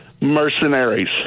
mercenaries